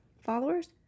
followers